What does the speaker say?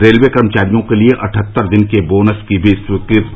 railway कर्मचारियों के लिए अठहत्तर दिन के बोनस की भी स्वीकृति